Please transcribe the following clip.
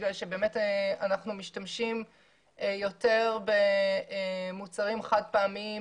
בגלל שאנחנו משתמשים יותר במוצרים חד פעמיים,